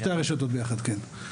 בשתי הרשתות יחד, כן.